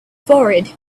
forehead